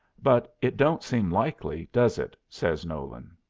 but it don't seem likely, does it? says nolan.